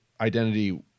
identity